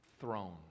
throne